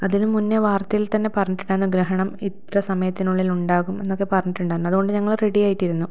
അതിന് മുന്നേ വാർത്തയിൽ തന്നെ പറഞ്ഞിട്ടുണ്ടായിരുന്നു ഗ്രഹണം ഇത്ര സമയത്തിനുള്ളിൽ ഉണ്ടാകും എന്നൊക്കെ പറഞ്ഞിട്ടുണ്ടായിരുന്നു അതുകൊണ്ട് ഞങ്ങള് റെഡി ആയിട്ടിരുന്നു